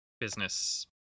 business